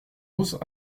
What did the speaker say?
onze